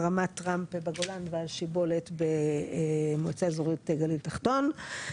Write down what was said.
על רמת טראמפ בגולן ועל שיבולת במועצה אזורית גליל תחתון.